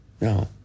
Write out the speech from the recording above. No